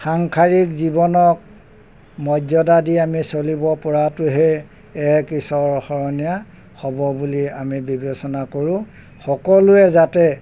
সাংসাৰিক জীৱনক মৰ্যদা দি আমি চলিব পৰাটোহে এক ঈশ্বৰসৰণীয়া হ'ব বুলি আমি বিবেচনা কৰোঁ সকলোৱে যাতে